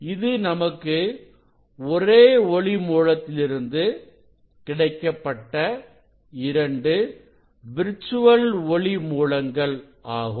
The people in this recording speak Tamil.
இது நமக்கு ஒரே ஒளி மூலத்திலிருந்து கிடைக்கப்பட்ட இரண்டு விர்ச்சுவல் ஒளி மூலங்கள் ஆகும்